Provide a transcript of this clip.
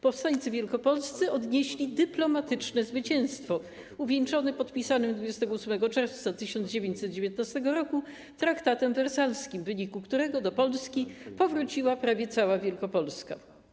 Powstańcy wielkopolscy odnieśli dyplomatyczne zwycięstwo, uwieńczone podpisanym 28 czerwca 1919 r. traktatem wersalskim, w wyniku którego do Polski powróciła prawie cała Wielkopolska.